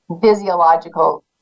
physiological